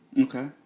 okay